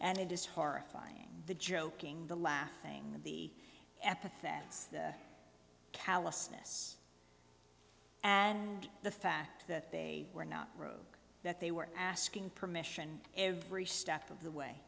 and it is horrifying the joking the laughing of the epithets the callousness and the fact that they were not broke that they were asking permission every step of the way